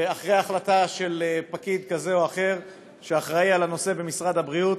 ואחרי החלטה של פקיד כזה או אחר שאחראי לנושא במשרד הבריאות,